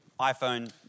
iPhone